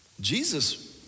Jesus